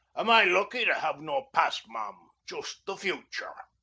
am i lucky to have no past, ma'am? just the future?